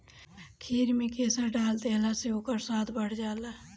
खीर में केसर डाल देहला से ओकर स्वाद बढ़ जाला